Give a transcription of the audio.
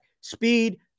Speed